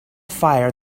fire